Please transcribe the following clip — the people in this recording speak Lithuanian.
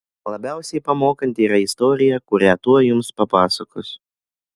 labiausiai pamokanti yra istorija kurią tuoj jums papasakosiu